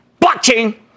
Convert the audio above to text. blockchain